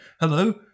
Hello